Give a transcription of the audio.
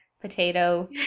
potato